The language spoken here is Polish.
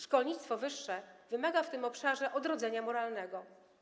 Szkolnictwo wyższe wymaga w tym obszarze odrodzenia moralnego.